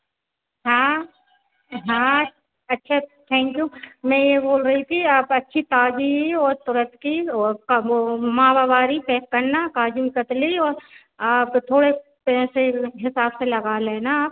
हाँ हाँ अच्छा थैंक यू मैं यह बोल रही थी आप अच्छी ताज़ा और तोरतकी और वह मावा वारी पेक करना काजू कतली और आप थोड़े पैसे हेसाब से लगा लेना